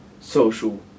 social